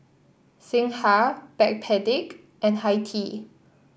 Singha Backpedic and Hi Tea